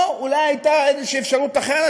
או אולי הייתה איזושהי אפשרות אחרת,